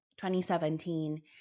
2017